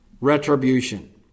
retribution